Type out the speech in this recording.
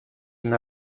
την